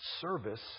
service